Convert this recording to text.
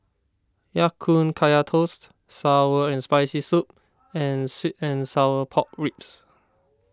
Ya Kun Kaya Toast Sour and Spicy Soup and Sweet and Sour Pork Ribs